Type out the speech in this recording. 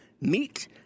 Meet